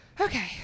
Okay